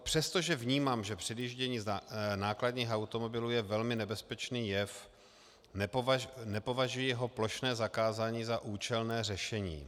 Přestože vnímám, že předjíždění nákladních automobilů je velmi nebezpečný jev, nepovažuji jeho plošné zakázání za účelné řešení.